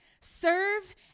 serve